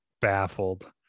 baffled